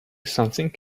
something